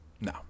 no